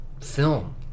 film